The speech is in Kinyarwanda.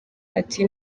ati